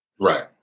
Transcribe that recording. Right